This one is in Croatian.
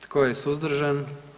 Tko je suzdržan?